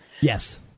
yes